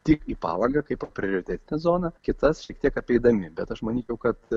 tik į palangą kaip prioritetinę zoną kitas šiek tiek apeidami bet aš manyčiau kad